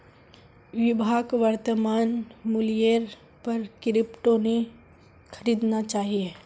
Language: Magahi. विभाक वर्तमान मूल्येर पर क्रिप्टो नी खरीदना चाहिए